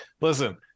listen